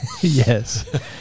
Yes